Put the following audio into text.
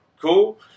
Cool